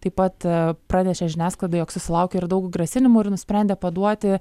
taip pat pranešė žiniasklaidai jog susilaukė ir daug grasinimų ir nusprendė paduoti